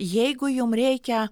jeigu jum reikia